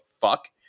fuck